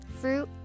fruit